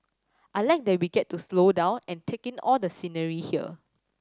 I like that we get to slow down and take in all the scenery here